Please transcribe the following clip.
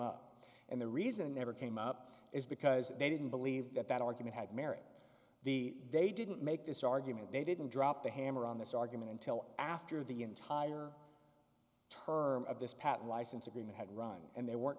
up and the reason it never came up is because they didn't believe that that argument had merit the they didn't make this argument they didn't drop the hammer on this argument until after the entire term of this patent license agreement had run and they weren't